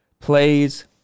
plays